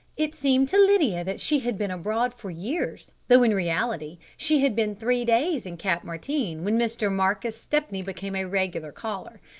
it seemed to lydia that she had been abroad for years, though in reality she had been three days in cap martin, when mr. marcus stepney became a regular caller.